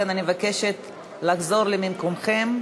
לכן אני מבקשת לחזור למקומות.